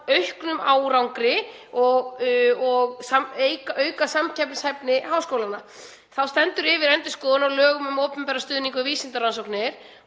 auknum árangri og auka samt samkeppnishæfni háskólanna. Þá stendur yfir endurskoðun á lögum um opinberan stuðning við vísindarannsóknir.